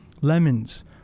lemons